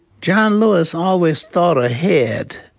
john lewis always thought ahead.